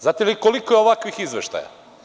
Znate li koliko je ovakvih izveštaja?